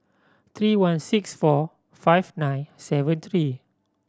three one six four five nine seven three